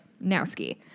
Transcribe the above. now-ski